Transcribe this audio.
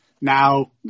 now